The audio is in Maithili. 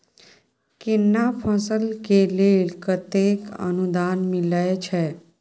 केना फसल के लेल केतेक अनुदान मिलै छै?